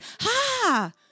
ha